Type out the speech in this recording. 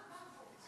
מה החוק?